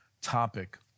topic